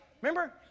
Remember